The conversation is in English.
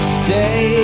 stay